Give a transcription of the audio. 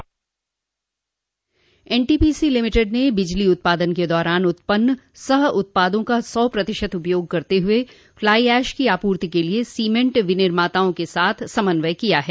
NTPC limited ने बिजली उत्पादन के दौरान उत्पन्न सह उत्पादों का सौ प्रतिशत उपयोग करते हुए फ्लाई एश की आपूर्ति के लिए सीमेंट विनिर्माताओं के साथ समन्वय किया है